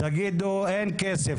תגידו אין כסף,